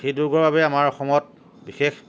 হৃদৰোগৰ বাবে আমাৰ অসমত বিশেষ